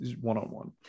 one-on-one